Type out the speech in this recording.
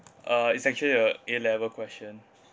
uh it's actually uh A-level question